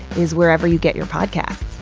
is wherever you get your podcasts.